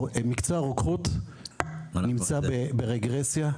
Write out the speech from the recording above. מקצוע הרוקחות נמצא ברגרסיה,